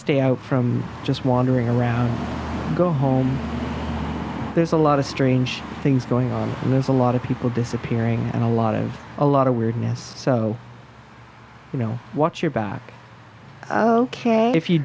stay out from just wandering around go home there's a lot of strange things going on and there's a lot of people disappearing and a lot of a lot of weirdness so you know what your back ok if you